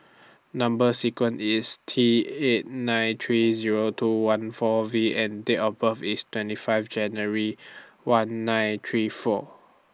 Number sequence IS T eight nine three Zero two one four V and Date of birth IS twenty five January one nine three four